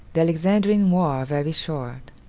the alexandrine war very short